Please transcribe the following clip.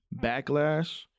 backlash